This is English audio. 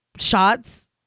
shots